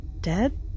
dead